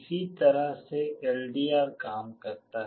इसी तरह से एलडीआर काम करता है